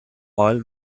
oil